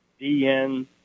DN